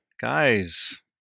Guys